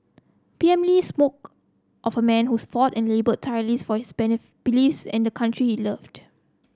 P M Lee spoke of a man who fought and laboured tireless for his benefit beliefs and the country he loved